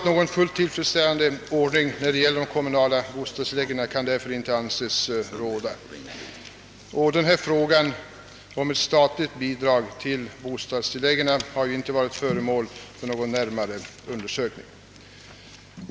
Någon fullt tillfredsställande ordning i fråga om de kommunala bostadstillläggen kan därför inte anses råda, och frågan om ett statligt bidrag till bostadstilläggen har inte varit föremål för någon närmare undersökning.